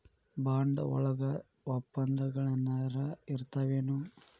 Bond ವಳಗ ವಪ್ಪಂದಗಳೆನರ ಇರ್ತಾವೆನು?